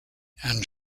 and